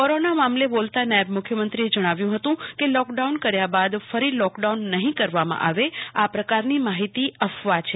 corona મામલે બોલતા નાયબ મુખ્યમંત્રીએ જણાવ્યુ હતું કે લોક ડાઉન કર્યા બાદ ફરી લોકડાઉન નહી કરવામાં આવે આ પ્રકારની માહિતી અફવા છે